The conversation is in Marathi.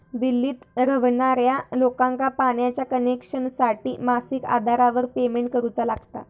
दिल्लीत रव्हणार्या लोकांका पाण्याच्या कनेक्शनसाठी मासिक आधारावर पेमेंट करुचा लागता